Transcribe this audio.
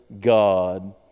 God